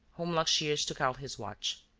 holmlock shears took out his watch